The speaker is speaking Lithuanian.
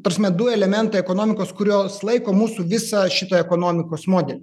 ta prasme du elementai ekonomikos kurios laiko mūsų visą šitą ekonomikos modelį